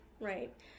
Right